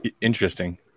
Interesting